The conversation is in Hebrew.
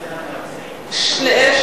גם וגם.